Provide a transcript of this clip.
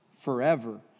forever